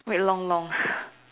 wait long long